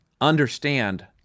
understand